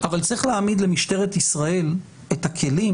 אבל צריך להעמיד למשטרת ישראל את הכלים